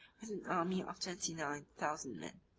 with an army of twenty-nine thousand men